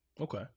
Okay